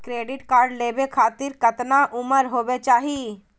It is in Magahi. क्रेडिट कार्ड लेवे खातीर कतना उम्र होवे चाही?